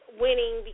winning